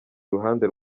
ruhande